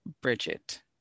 Bridget